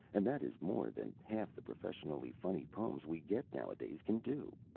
and that is more than half the professedly funny poems we get nowadays can do.